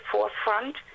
Forefront